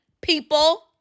people